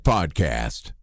Podcast